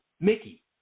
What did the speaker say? Mickey